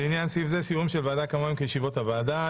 לעניין סעיף זה סיורים של ועדה כמוהם כישיבות הוועדה.